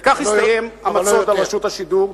וכך הסתיים המצוד על רשות השידור,